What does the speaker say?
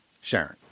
Sharon